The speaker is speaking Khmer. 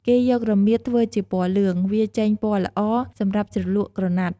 គេយករមៀត ធ្វើជាពណ៌លឿង វាចេញពណ៌ល្អ សម្រាប់ជ្រលក់ក្រណាត់។